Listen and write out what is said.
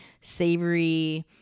savory